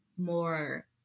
More